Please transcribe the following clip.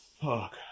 Fuck